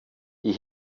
die